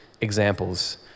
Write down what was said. examples